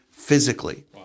Physically